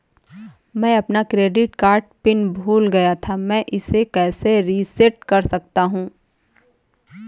मैं अपना credit card pin भूल गया था मैं इसे कैसे रीसेट कर सकता हूँ?